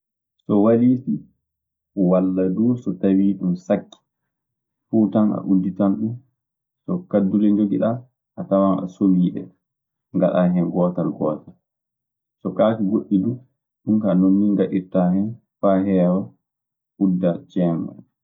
So waliisi walla duu so tawii ɗun sakki, fuu tan a udditan ɗun. So kaddule njogiɗaa, a tawan a sowii ɗe, ngaɗaa hen gootal gootal.. So kaake goɗɗe duu, ɗun kaa non nii ngaɗirtaa hen faa heewa, uddaa ceen oo.